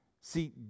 See